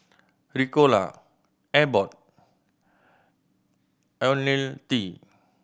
Ricola Abbott Ionil T